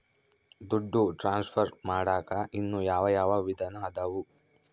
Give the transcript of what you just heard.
ದುಡ್ಡು ಟ್ರಾನ್ಸ್ಫರ್ ಮಾಡಾಕ ಇನ್ನೂ ಯಾವ ಯಾವ ವಿಧಾನ ಅದವು?